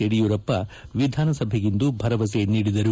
ಯಡಿಯೂರಪ್ಪ ವಿಧಾನಸಭೆಗಿಂದು ಭರವಸೆ ನೀಡಿದರು